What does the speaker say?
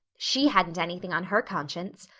she hadn't anything on her conscience.